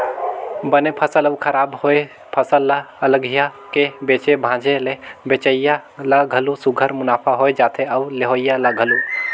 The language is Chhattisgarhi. बने फसल अउ खराब होए फसल ल अलगिया के बेचे भांजे ले बेंचइया ल घलो सुग्घर मुनाफा होए जाथे अउ लेहोइया ल घलो